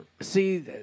See